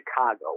Chicago